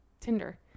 Tinder